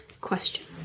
question